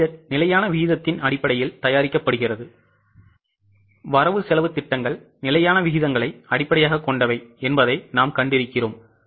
உண்மையில் பட்ஜெட் நிலையான விகிதத்தின் அடிப்படையில் தயாரிக்கப்படுகிறது வரவு செலவுத் திட்டங்கள் நிலையான விகிதங்களை அடிப்படையாகக் கொண்டவை என்பதை நாம் கண்டிருக்கிறோம்